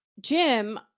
Jim